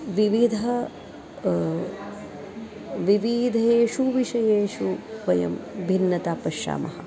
विविधे विविधेषु विषयेषु वयं भिन्नतां पश्यामः